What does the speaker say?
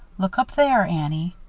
look up there, annie.